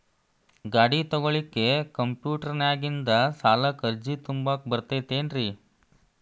ಗಾಡಿ ತೊಗೋಳಿಕ್ಕೆ ಕಂಪ್ಯೂಟೆರ್ನ್ಯಾಗಿಂದ ಸಾಲಕ್ಕ್ ಅರ್ಜಿ ತುಂಬಾಕ ಬರತೈತೇನ್ರೇ?